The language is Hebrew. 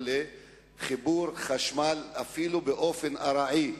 לחיבור חשמל, אפילו באופן ארעי.